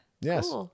yes